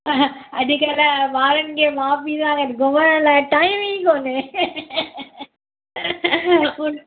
अहं अॼु कल्ह ॿारनि खे माउ पी जो हाणे घुमण लाइ टाइम ई कोने कुं